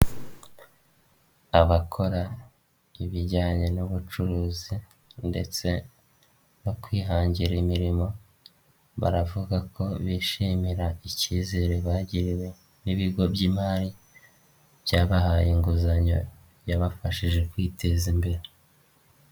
Abakora ibijyanye n'ubucuruzi ndetse bakihangira imirimo baravuga ko bishimira ikizere bagiriwe n'ibigo by'imari byabahaye inguzanyo yabafashije kwiteza imbere.